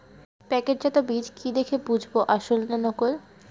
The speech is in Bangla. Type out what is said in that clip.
প্যাকেটজাত বীজ কি দেখে বুঝব আসল না নকল?